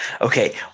Okay